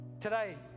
Today